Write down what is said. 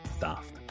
daft